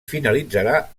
finalitzarà